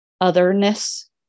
otherness